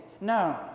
no